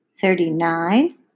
thirty-nine